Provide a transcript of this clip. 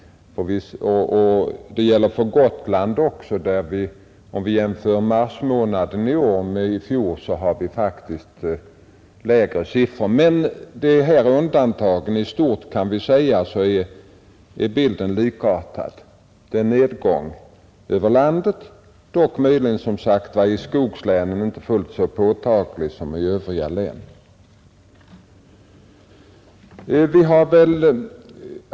Ett annat undantag är Gotland. Om vi jämför mars månad i år med mars förra året är arbetslösheten där faktiskt lägre. Men i stort kan vi säga att bilden med dessa undantag är likartad. Det är en nedgång över landet, möjligen inte fullt så påtaglig i skogslänen som i de övriga länen.